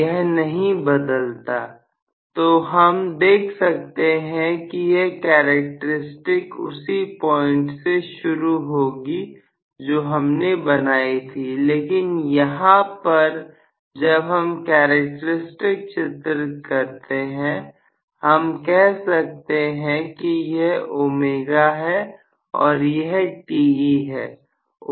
यह नहीं बदलता तो हम देख सकते हैं कि यह कैरेक्टर स्टिक उसी पॉइंट से शुरू होगी जो हमने बनाई थी लेकिन यहां पर जब हम कैरेक्टरिस्टिक चित्रित करते हैं हम कह सकते हैं कि यह ω है और यह Te है